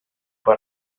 fue